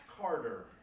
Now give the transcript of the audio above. Carter